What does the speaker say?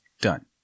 done